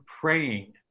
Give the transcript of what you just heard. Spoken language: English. praying